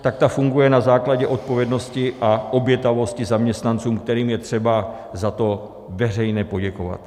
Tak ta funguje na základě odpovědnosti a obětavosti zaměstnanců, kterým je třeba za to veřejně poděkovat.